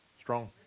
strong